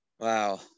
Wow